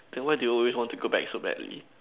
then why do you always want to go back so badly